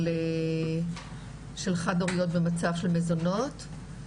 של חד-הוריות במצב של מזונות,